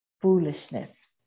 foolishness